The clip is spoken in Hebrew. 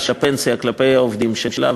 של הפנסיה כלפי העובדים שלה,